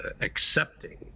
accepting